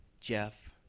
Jeff